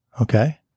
Okay